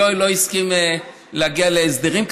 יואל לא הסכים להגיע להסדרים,